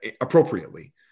appropriately